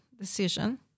decision